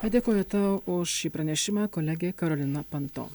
dėkoju tau už šį pranešimą kolegė karolina panto